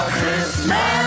Christmas